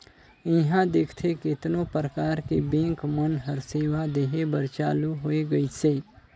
इहां देखथे केतनो परकार के बेंक मन हर सेवा देहे बर चालु होय गइसे